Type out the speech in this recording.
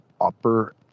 upper